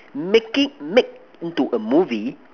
making make into a movie